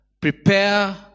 Prepare